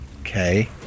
Okay